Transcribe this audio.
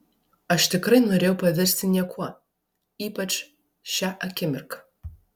aš tikrai norėjau pavirsti niekuo ypač šią akimirką